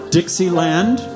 Dixieland